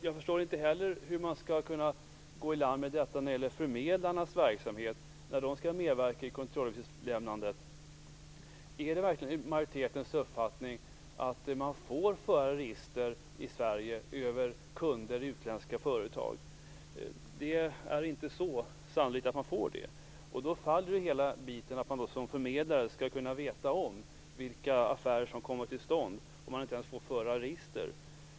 Jag förstår inte heller hur man skall kunna gå i land med att kontrollera förmedlarnas verksamhet när de skall medverka i kontrolluppgiftslämnandet. Är det verkligen majoritetens uppfattning att man i Sverige får föra register över kunder i utländska företag? Det är inte så sannolikt att man får det. Om man inte ens får föra register faller det hela med att man som förmedlare skall kunna veta om vilka affärer som kommer till stånd.